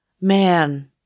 man